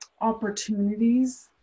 opportunities